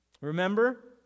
Remember